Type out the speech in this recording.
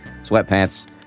sweatpants